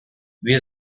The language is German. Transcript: wir